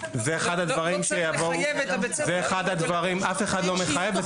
לא צריך לחייב את בית הספר --- אף אחד לא מחייב,